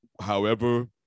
however-